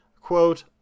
quote